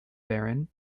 barron